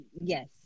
yes